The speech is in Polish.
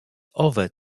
owe